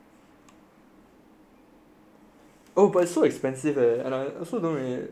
oh but it's so expensive eh and I also don't really like have a lot of money leh